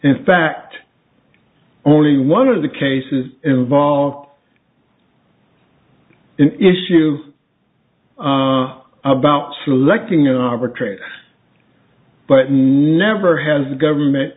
in fact only one of the cases involved in issues about selecting an arbitrator but never has the government